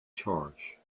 charge